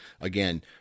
Again